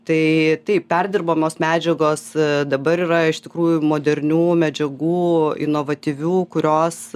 tai taip perdirbamos medžiagos dabar yra iš tikrųjų modernių medžiagų inovatyvių kurios